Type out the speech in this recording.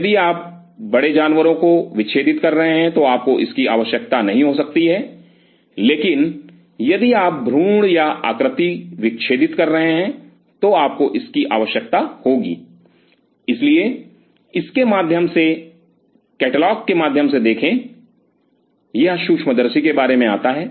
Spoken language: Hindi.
यदि आप बड़े जानवरों को विच्छेदित कर रहे हैं तो आपको इसकी आवश्यकता नहीं हो सकती है लेकिन यदि आप भ्रूण या आकृति विच्छेदित कर रहे हैं तो आपको इसकी आवश्यकता होगी इसलिए इसके माध्यम से कैटलॉग के माध्यम से देखें यह सूक्ष्मदर्शी के बारे में आता है